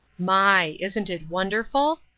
my! isn't it wonderful?